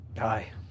Aye